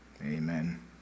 Amen